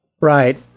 Right